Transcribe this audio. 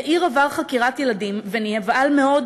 יאיר עבר חקירת ילדים ונבהל מאוד,